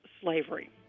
slavery